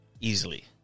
Easily